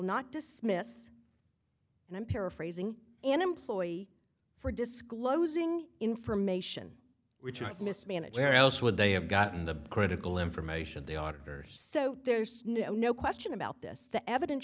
dismiss and i'm paraphrasing an employee for disclosing information which i mismanage where else would they have gotten the critical information they auditors so there's no question about this the evidence